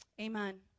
amen